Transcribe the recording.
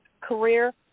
career